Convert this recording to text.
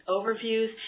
overviews